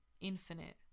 infinite